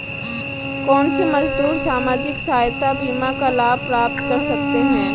कौनसे मजदूर सामाजिक सहायता बीमा का लाभ प्राप्त कर सकते हैं?